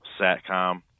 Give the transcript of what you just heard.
satcom